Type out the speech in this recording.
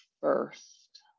first